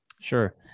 Sure